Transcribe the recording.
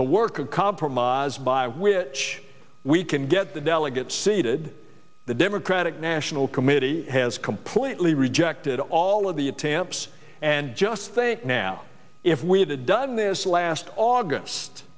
the work of compromise by which we can get the delegates seated the democratic national committee has completely rejected all of the attempts and just say now if we had a dozen this last august